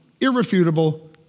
irrefutable